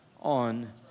on